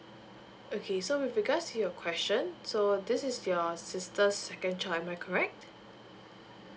okay with regards to your question so uh this is your sister second child am I correct